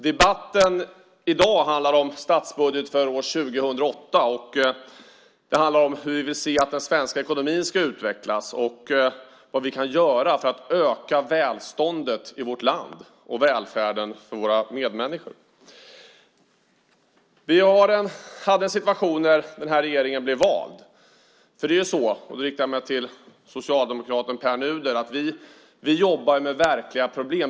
Debatten i dag handlar om statsbudgeten för år 2008, och den handlar om hur vi vill att den svenska ekonomin ska utvecklas, vad vi kan göra för att öka välståndet i vårt land och välfärden för våra medmänniskor. Vi hade en situation där den här regeringen blev vald, för det är ju så, och då riktar jag mig till socialdemokraten Pär Nuder, att vi jobbar med verkliga problem.